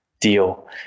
deal